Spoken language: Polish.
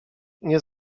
nie